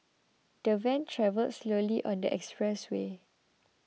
the van travelled slowly on the expressway